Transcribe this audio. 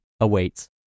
awaits